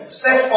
set